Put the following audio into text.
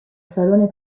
salone